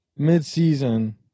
midseason